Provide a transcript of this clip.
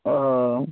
ও